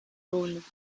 alone